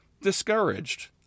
discouraged